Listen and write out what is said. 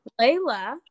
Layla